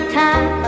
time